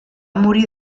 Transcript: morir